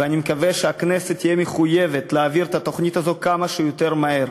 ואני מקווה שהכנסת תהיה מחויבת להעביר את התוכנית הזו כמה שיותר מהר,